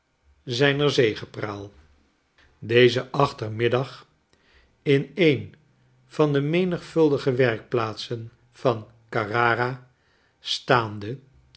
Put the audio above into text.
midden zijner zegepraal dezen achtermiddag in een van de menigvuldige werkplaatsen van carrara staande